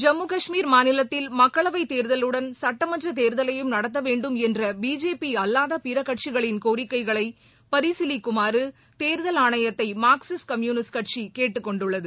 ஜம்மு கஷ்மீர் மாநிலத்தில் மக்களவை தேர்தலுடன் சட்டமன்ற தேர்தவையும் நடத்த வேண்டும் என்ற பிஜேபி அல்லாத பிற கட்சிகளின் கோரிக்கைகளை பரிசீலிக்குமாறு தேர்தல் ஆணையத்தை மார்க்சிஸ்ட் கம்யூனிஸ்ட் கட்சி கேட்டுக்கொண்டுள்ளது